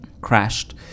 crashed